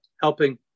helping